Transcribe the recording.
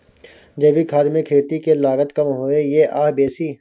जैविक खाद मे खेती के लागत कम होय ये आ बेसी?